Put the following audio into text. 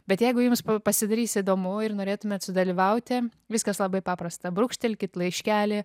bet jeigu jums pasidarys įdomu ir norėtumėt sudalyvauti viskas labai paprasta brūkštelkit laiškelį